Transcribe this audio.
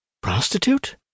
prostitute